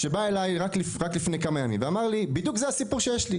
שבא אליי רק לפני כמה ימים ואמר לי: ״זה בדיוק הסיפור שיש לי.